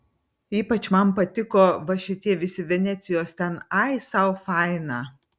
ypač man patiko va šitie visi venecijos ten ai sau faina